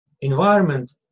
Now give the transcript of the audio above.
environment